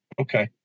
Okay